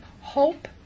hope